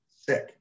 Sick